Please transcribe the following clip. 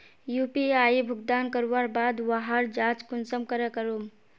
UPI भुगतान करवार बाद वहार जाँच कुंसम करे करूम?